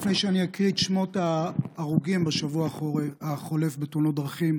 לפני שאקרא את שמות ההרוגים בשבוע החולף בתאונות דרכים,